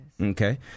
Okay